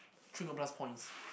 three hundred plus points